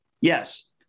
yes